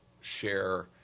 share